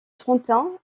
trentin